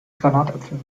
granatäpfel